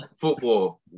football